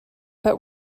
but